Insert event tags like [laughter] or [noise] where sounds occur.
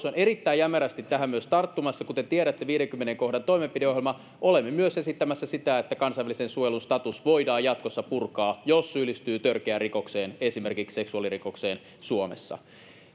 [unintelligible] on erittäin jämerästi tähän myös tarttumassa kuten tiedätte viidennenkymmenennen kohdan toimenpideohjelman olemme myös esittämässä sitä että kansainvälisen suojelun status voidaan jatkossa purkaa jos syyllistyy törkeään rikokseen esimerkiksi seksuaalirikokseen suomessa